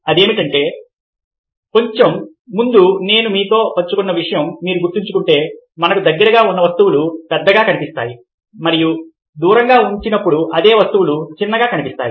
అదేమిటంటే కొంచెం ముందు నేను మీతో పంచుకున్న విషయాన్ని మీరు గుర్తుంచుకుంటే మనకు దగ్గరగా ఉన్న వస్తువులు పెద్దవిగా కనిపిస్తాయి మరియు దూరంగా ఉంచినప్పుడు అదే వస్తువులు చిన్నవిగా కనిపిస్తాయి